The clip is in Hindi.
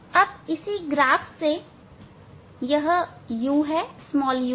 अब इसी तरह इस ग्राफ से यह u है